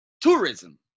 Tourism